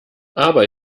aber